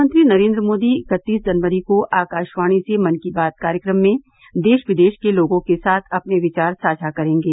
प्रधानमंत्री नरेंद्र मोदी इकतीस जनवरी को आकाशवाणी से मन की बात कार्यक्रम में देश विदेश के लोगों के साथ अपने विचार साझा करेंगे